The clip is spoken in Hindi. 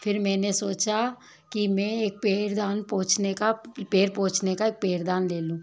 फिर मैंने सोचा कि मैं एक पैरदान पोछने का पैर पोछने का एक पेरदान ले लूँ